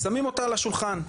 שמים אותה על השולחן,